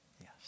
Yes